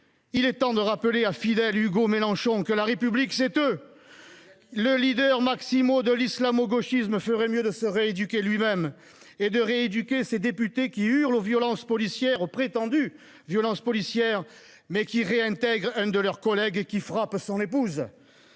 Il est temps de rappeler à Fidel-Hugo Mélenchon que « la République, c'est eux !» Le Lider Maximo de l'islamo-gauchisme ferait mieux de se rééduquer lui-même et de rééduquer ses députés, qui hurlent aux prétendues violences policières, mais qui réintègrent l'un de leurs collègues qui frappe son épouse.